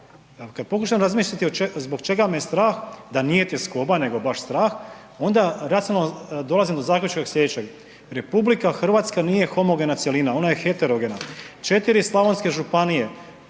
kad pokušam razmisliti zbog čega me je strah da nije tjeskoba nego baš strah, onda racionalno dolazim do zaključka slijedećeg, RH nije homogena cjelina, ona je heterogena, 4 slavonske županije,